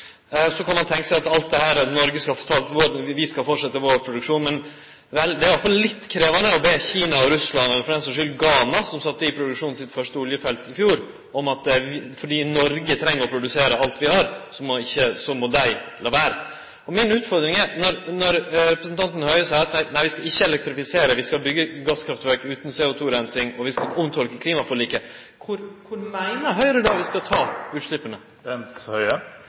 Så kan ein tenkje seg at Noreg skal fortsetje sin produksjon. Men det er i alle fall litt krevjande å be Kina og Russland – eller for den sakas skuld Ghana, som sette i produksjon sitt første oljefelt i fjor – om at fordi vi i Noreg treng å produsere alt vi har, må dei la vere. Mi utfordring er: Når representanten Høie seier at vi ikkje skal elektrifisere, vi skal byggje gasskraftverk utan CO2-reinsing, og vi skal omtolke klimaforliket, kor meiner då Høgre vi skal ta